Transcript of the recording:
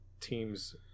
teams